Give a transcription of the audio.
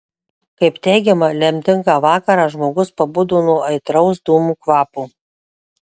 kaip teigiama lemtingą vakarą žmogus pabudo nuo aitraus dūmų kvapo